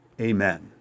Amen